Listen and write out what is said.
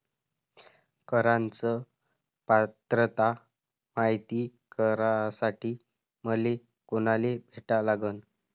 कराच पात्रता मायती करासाठी मले कोनाले भेटा लागन?